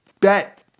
bet